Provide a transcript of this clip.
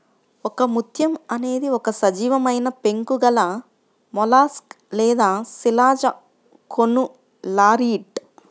ఒకముత్యం అనేది ఒక సజీవమైనపెంకు గలమొలస్క్ లేదా శిలాజకోనులారియిడ్